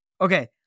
Okay